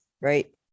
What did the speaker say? right